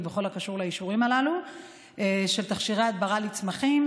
בכל הקשור לאישורים הללו של תכשירי הדברה לצמחים,